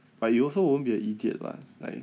but you also won't be a idiot lah like